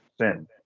sin